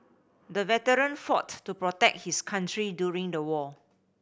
the veteran fought to protect his country during the war